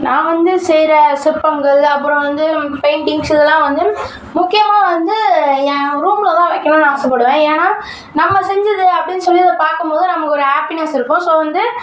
நான் வந்து செய்கிற சிற்பங்கள் அப்புறம் வந்து பெயிண்டிங்ஸ் இதெலாம் வந்து முக்கியமாக வந்து என் ரூம்லதான் வைக்கணும்னு ஆசைப்படுவேன் ஏன்னா நம்ம செஞ்சது அப்படின்னு சொல்லி பார்க்கம்போது நமக்கு ஒரு ஹாப்பினஸ் இருக்கும் ஸோ வந்து